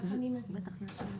כך אני מבינה את זה.